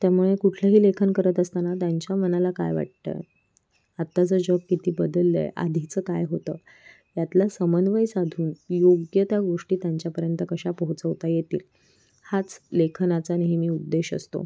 त्यामुळे कुठलं ही लेखन करत असताना त्यांच्या मनाला काय वाटतं आताचं जग किती बदललं आहे आधीचं काय होतं यातला समन्वय साधून योग्य त्या गोष्टी त्यांच्यापर्यंत कशा पोहोचवता येतील हाच लेखनाचा नेहमी उद्देश असतो